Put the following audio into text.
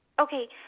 Okay